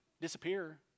disappear